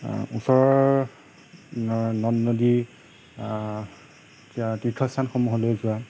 ওচৰৰ নদ নদী তীৰ্থস্থানসমূহলৈ যোৱা